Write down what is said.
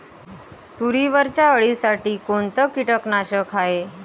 तुरीवरच्या अळीसाठी कोनतं कीटकनाशक हाये?